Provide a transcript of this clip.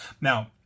Now